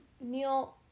Neil